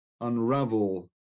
unravel